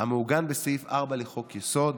המעוגן בסעיף 4 לחוק-יסוד: